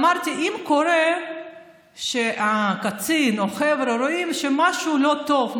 אמרתי: אם קורה שהקצין או החבר'ה רואים שמשהו לא טוב,